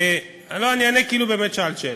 שאלתי.